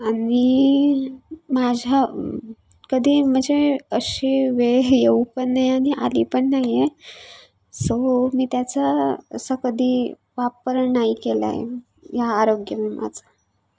आणि माझ्या कधी म्हणजे अशी वेळ येऊ पण नये आणि आली पण नाही आहे सो मी त्याचा असा कधी वापर नाही केला आहे ह्या आरोग्य विमाचा